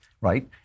right